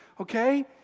okay